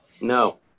No